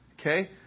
Okay